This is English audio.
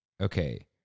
okay